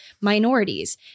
minorities